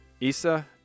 Issa